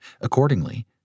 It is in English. Accordingly